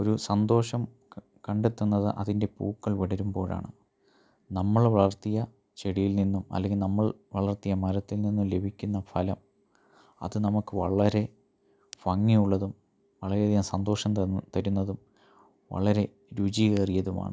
ഒരു സന്തോഷം കണ്ടെത്തുന്നത് അതിൻ്റെ പൂക്കൾ വിടരുമ്പോഴാണ് നമ്മൾ വളർത്തിയ ചെടിയിൽ നിന്നും അല്ലെങ്കിൽ നമ്മൾ വളർത്തിയ മരത്തിൽ നിന്നും ലഭിക്കുന്ന ഫലം അത് നമുക്ക് വളരെ ഭംഗിയുള്ളതും വളരെയധികം സന്തോഷം തരുന്നതും വളരെ രുചിയേറിയതുമാണ്